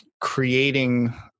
creating